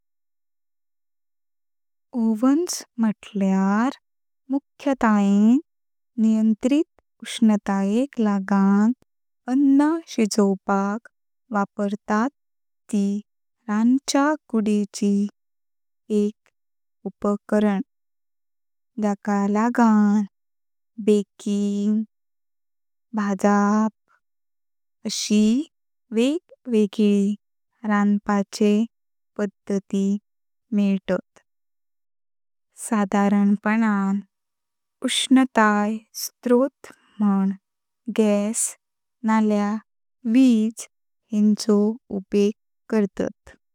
सायकल चलवपाक कणाक येयना तेंच्यानी गाड़ी चळवपाची न्हू। गाडी चळोंग जयी झाल्यार सायकल चळोंग योंग जयी झाल्यारात तुम्हका सपोर्ट मेइता। सायकल खूप मारक झाल्या आता पैली सवाई असली। सायकलिंग करपाक जया मगेऱ मानुस बारिक जात।